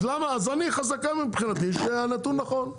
אז חזקה מבחינתי שהנתון נכון.